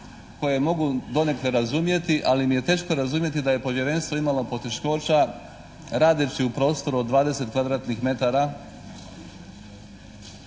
itd.,koje mogu donekle razumjeti ali mi je teško razumjeti da je povjerenstvo imalo poteškoća radeći u prostoru od 20